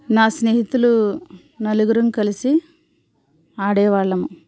నా స్నేహితులు నలుగురం కలిసి ఆడేవాళ్ళము